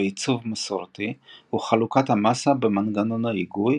בעיצוב מסורתי הוא חלוקת המסה במנגנון ההיגוי,